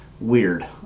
weird